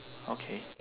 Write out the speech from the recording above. okay